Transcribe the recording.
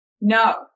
no